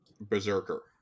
Berserker